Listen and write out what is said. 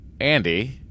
Andy